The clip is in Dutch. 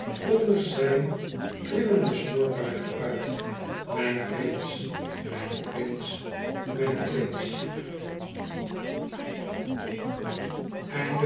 onder zijn trillenden snorbaard uit mijn prins mijn prins mijn prins